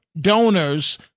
donors